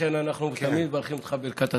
לכן אנחנו תמיד מברכים אותך בברכת הצלחה.